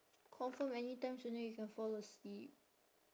confirm anytime sooner you can fall asleep